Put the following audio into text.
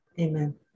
Amen